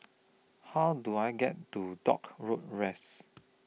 How Do I get to Dock Road West